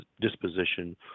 disposition